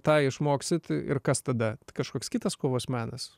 tą išmoksit ir kas tada kažkoks kitas kovos menas